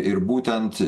ir būtent